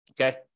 Okay